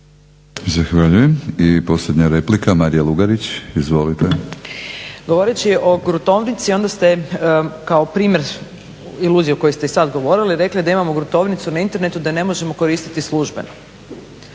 Zahvaljujem. I posljednja replika Marija Lugarić, izvolite. **Lugarić, Marija (SDP)** Govoreći o gruntovnici onda ste kao primjer iluzije o kojoj ste i sad govorili rekli da imamo gruntovnicu na internetu i da je ne možemo koristiti službeno.